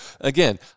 Again